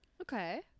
Okay